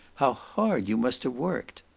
how hard you must have worked!